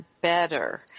better